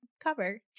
cover